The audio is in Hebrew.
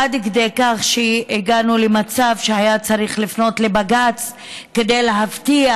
עד כדי כך שהגענו למצב שהיה צריך לפנות לבג"ץ כדי להבטיח